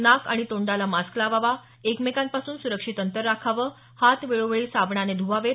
नाक आणि तोंडाला मास्क लावावा एकमेकांपासून सुरक्षित अंतर राखावं हात वेळोवेळी साबणाने ध्वावेत